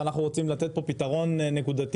ואנחנו רוצים לתת פה פתרון נקודתי,